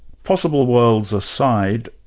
possible worlds aside,